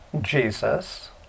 Jesus